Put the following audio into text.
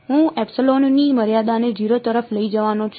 હું એપ્સીલોનની મર્યાદાને 0 તરફ લઈ જવાનો છું